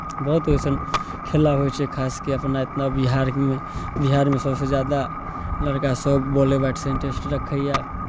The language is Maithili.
बहुत ओहिसन खेला होइ छै खास कऽ अपना बिहारमे बिहारमे सभसँ ज्यादा लड़कासभ बॉले बैटसँ इन्ट्रेस्ट रखैए